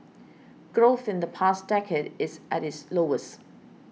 growth in the past decade is at its lowest